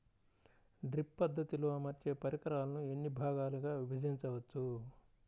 Drip పద్ధతిలో అమర్చే పరికరాలను ఎన్ని భాగాలుగా విభజించవచ్చు?